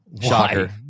Shocker